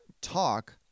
talk